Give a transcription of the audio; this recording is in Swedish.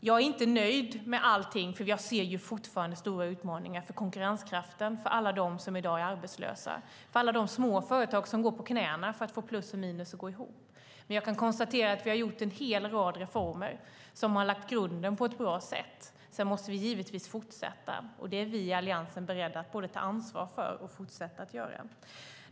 Jag är inte nöjd med allting, för jag ser ju fortfarande stora utmaningar för konkurrenskraften och för alla dem som i dag är arbetslösa, för alla de små företag som går på knäna för att få plus och minus att gå ihop. Men jag kan konstatera att vi har gjort en hel rad reformer som har lagt grunden på ett bra sätt. Sedan måste vi givetvis fortsätta, och det är vi i Alliansen beredda att både ta ansvar för och fortsätta att göra.